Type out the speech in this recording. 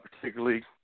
particularly